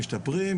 משתפרים,